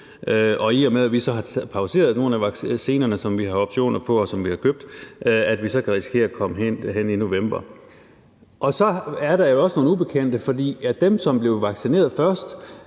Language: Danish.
og i og med at vi så har pauseret nogle af vaccinerne, som vi har optioner på, og som vi har købt, kan vi så risikere at komme helt hen i november. Så er der jo også nogle ubekendte, og spørgsmålet er,